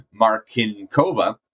Markinkova